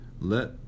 Let